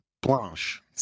blanche